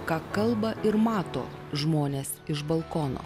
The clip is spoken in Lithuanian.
ką kalba ir mato žmonės iš balkono